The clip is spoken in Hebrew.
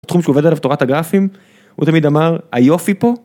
התחום שעובד עליו תורת הגרפים הוא תמיד אמר היופי פה.